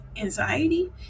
anxiety